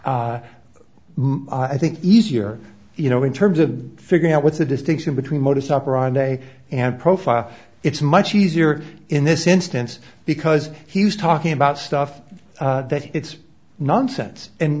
this i think easier you know in terms of figuring out what's the distinction between modus operandi and profile it's much easier in this instance because he's talking about stuff that it's nonsense and